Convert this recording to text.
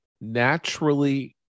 naturally